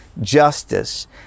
justice